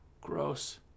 gross